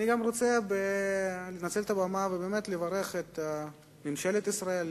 אני גם רוצה לנצל את הבמה ולברך את ממשלת ישראל,